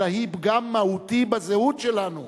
אלא היא פגם מהותי בזהות שלנו.